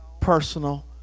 personal